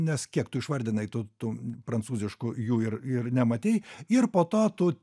nes kiek tu išvardinai tų tų prancūziškų jų ir ir nematei ir po to tu